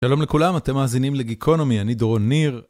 שלום לכולם, אתם מאזינים לגיקונומי, אני דרון ניר.